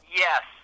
yes